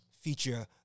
feature